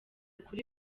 kuri